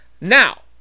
Now